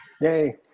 Yay